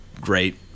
great